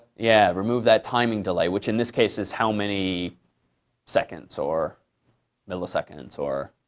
yeah. remove that timing delay, which in this case is how many seconds, or milliseconds, or